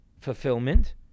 fulfillment